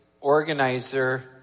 organizer